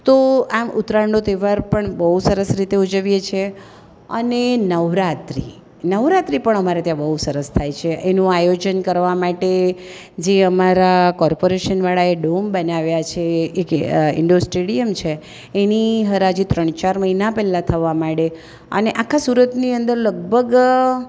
તો આમ ઉત્તરાયણનો તહેવાર પણ બહુ સરસ રીતે ઉજવીએ છીએ અને નવરાત્રિ નવરાત્રિ પણ અમારે ત્યાં બહુ સરસ થાય છે એનું આયોજન કરવા માટે જે અમારા કોર્પોરેશનવાળાએ ડોમ બનાવ્યા છે એ કે ઇન્ડોર સ્ટેડિયમ છે એની હરાજી ત્રણ ચાર મહિના પહેલાં થવા માંડે અને આખા સુરતની અંદર લગભગ